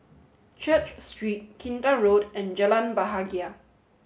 Church Street Kinta Road and Jalan Bahagia